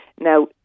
Now